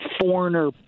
Foreigner